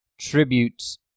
tributes